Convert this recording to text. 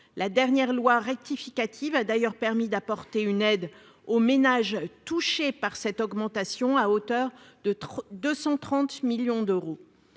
La dernière loi de finances rectificative a permis d'apporter une aide aux ménages touchés par cette augmentation, à hauteur de 230 millions d'euros.